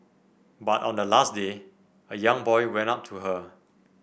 but on the last day a young boy went up to her